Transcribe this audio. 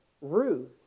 Ruth